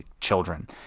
children